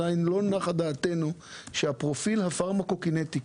עדיין לא נחה דעתנו שהפרופיל הפרמקוקינטי